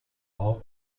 all